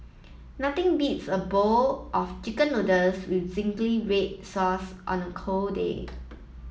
nothing beats a bowl of chicken noodles with zingy red sauce on a cold day